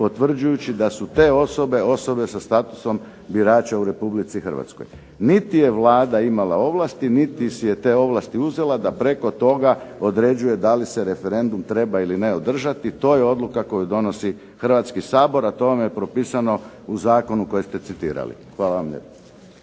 potvrđujući da su te osobe sa statusom birača u Republici Hrvatskoj. Niti je Vlada imala ovlasti niti si je te ovlasti uzela da preko toga određuje da li se referendum treba ili ne održati. To je odluka koju donosi Hrvatski sabor, a to vam je propisano u zakonu koji ste citirali. Hvala vam